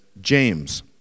James